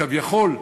כביכול,